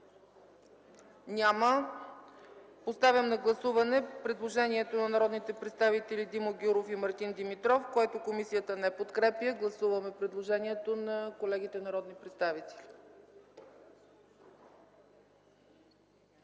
Няма. Поставям на гласуване предложението на народните представители Димо Гяуров и Мартин Димитров, което комисията не подкрепя. Гласуваме предложението на колегите народни представители.